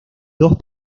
dos